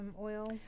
oil